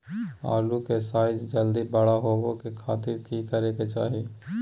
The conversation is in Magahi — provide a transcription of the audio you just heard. आलू के साइज जल्दी बड़ा होबे के खातिर की करे के चाही?